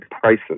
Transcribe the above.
prices